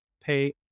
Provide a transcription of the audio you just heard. pay